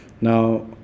now